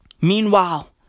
Meanwhile